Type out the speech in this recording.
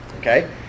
Okay